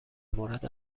مورد